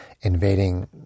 invading